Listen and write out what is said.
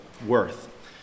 worth